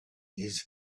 his